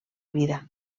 vida